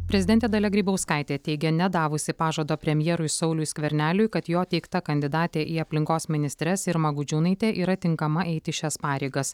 prezidentė dalia grybauskaitė teigė nedavusi pažado premjerui sauliui skverneliui kad jo teikta kandidatė į aplinkos ministres irma gudžiūnaitė yra tinkama eiti šias pareigas